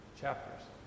chapters